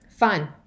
Fun